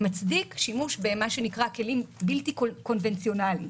מצדיקה שימוש בכלים בלתי קונבנציונליים.